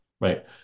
right